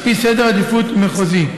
על פי סדר עדיפויות מחוזי.